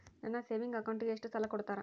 ನನ್ನ ಸೇವಿಂಗ್ ಅಕೌಂಟಿಗೆ ಎಷ್ಟು ಸಾಲ ಕೊಡ್ತಾರ?